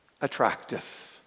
attractive